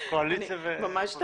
ממש תענוג.